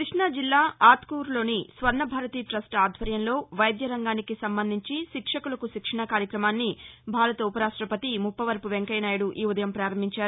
క్బష్టాజిల్లా ఆత్మూరులోని స్వర్ణభారతి టస్ల్ ఆధ్వర్యంలో వైద్యరంగానికి సంబంధించి శిక్షకులకు శిక్షణ కార్యక్రమాన్ని భారత ఉపరాష్టపతి ముప్పవరపు వెంకయ్యనాయుడు ఈ ఉదయం ప్రపారంభించారు